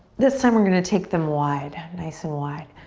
this time we're gonna take them wide, nice and wide.